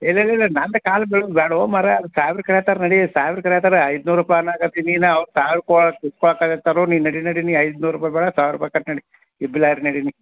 ಇಲ್ಲ ಇಲ್ಲ ಇಲ್ಲ ನಂದು ಕಾಲ್ ಬೀಳುದ ಬ್ಯಾಡೋ ಮಾರಯಾ ಅಲ್ಲ ಸಾಯ್ಬ್ರು ಕರಿಯತ್ತಾರೆ ನಡೀ ಸಾಯ್ಬ್ರು ಕರಿಯತ್ತರ ಐದ್ನೂರ ರೂಪಾಯಿನಾಗ ಅದಿ ನೀನು ಅವ್ರ ನಿ ನಡಿ ನಡಿ ನಿ ಐದ್ನೂರ ರೂಪಾಯಿ ಬೇಡ ಸಾವಿರ ರೂಪಾಯಿ ಕಟ್ಟು ನಡಿ ನಡಿ ನಿ